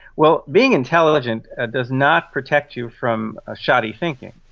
well, being intelligent ah does not protect you from shoddy thinking.